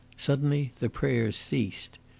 suddenly the prayers ceased.